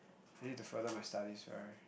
I need to further my studies for~